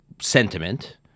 sentiment